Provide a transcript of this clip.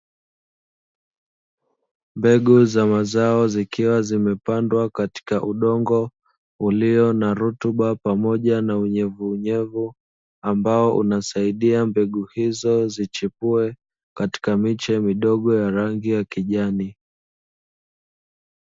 Mbegu za mazao zikiwa zimepandwa katika udongo ulio na rutuba pamoja na unyevunyevu, ambazo zinasaidia mbegu izo zichipue katika miche midogo ya rangi ya kijani.